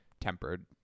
tempered